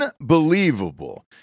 unbelievable